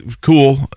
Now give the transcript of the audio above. cool